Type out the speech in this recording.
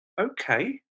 okay